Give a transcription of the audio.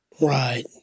Right